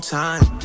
time